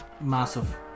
massive